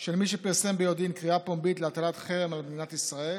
של מי שפרסם ביודעין קריאה פומבית להטלת חרם על מדינת ישראל